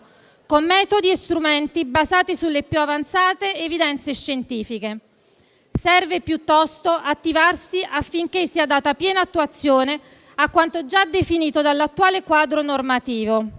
con metodi e strumenti basati sulle più avanzate evidenze scientifiche. Serve, piuttosto, attivarsi affinché sia data piena attuazione a quanto già definito dall'attuale quadro normativo.